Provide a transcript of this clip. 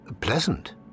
pleasant